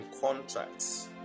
contracts